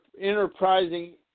enterprising